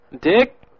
Dick